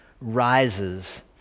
rises